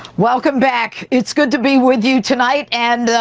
welcome back. it's good to be with you tonight. and, ah,